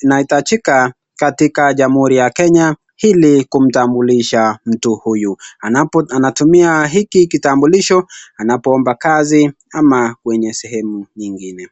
inahitajika katika jamhuri ya Kenya ili kumtambulisha mtu huyu anatumia hiki kitambulisho anapoomba kazi ama sehemu nyingine.